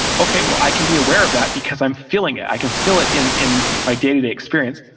okay, well i can be aware of that because i'm feeling it. i can fill it in in my day to day experience.